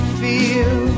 feel